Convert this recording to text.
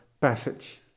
passage